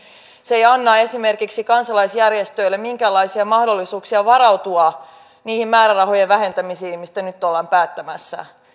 se ei anna esimerkiksi kansalaisjärjestöille minkäänlaisia mahdollisuuksia varautua niihin määrärahojen vähentämisiin mistä nyt ollaan päättämässä